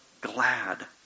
glad